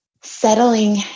settling